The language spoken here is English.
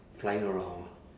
flying around lah